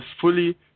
fully